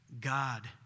God